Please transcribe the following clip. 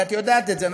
ואת יודעת את זה,